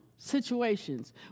situations